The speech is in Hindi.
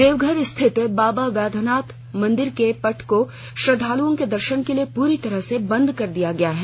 देवघर स्थित बाबा बैद्यनाथ मंदिर के पट को श्रद्धालुओं के दर्शन के लिए पूरी तरह से बंद कर दिया गया है